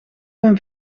een